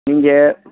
நீங்கள்